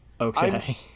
okay